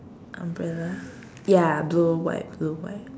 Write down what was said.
umbrella ya blue white blue white